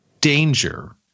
danger